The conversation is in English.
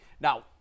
Now